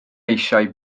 eisiau